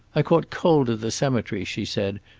i caught cold at the cemetery, she said,